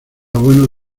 bueno